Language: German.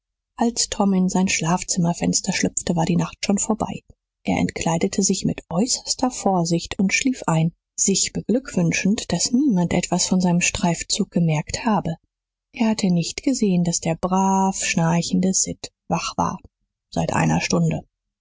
als tom in sein schlafzimmerfenster schlüpfte war die nacht schon vorbei er entkleidete sich mit äußerster vorsicht und schlief ein sich beglückwünschend daß niemand etwas von seinem streifzug gemerkt habe er hatte nicht gesehen daß der brave schnarchende sid wach war seit einer stunde